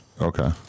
Okay